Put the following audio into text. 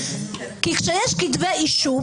כשיש כתבי אישום,